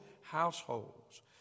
households